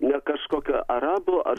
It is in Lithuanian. ne kažkokia arabų ar